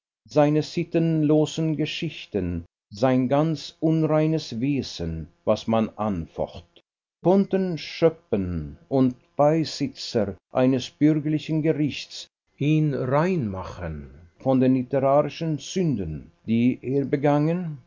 seine sittenlosen geschichten sein ganzes unreines wesen was man anfocht konnten schöppen und beisitzer eines bürgerlichen gerichts ihn rein machen von den literarischen sünden die er begangen